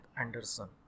Anderson